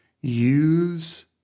use